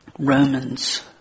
Romans